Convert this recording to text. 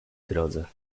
drodze